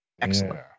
Excellent